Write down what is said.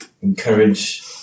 encourage